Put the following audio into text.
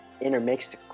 intermixed